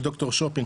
"דוקטור שופינג",